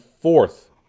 fourth